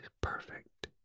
perfect